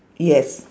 yes